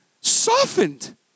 softened